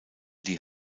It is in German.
die